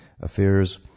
Affairs